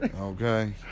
Okay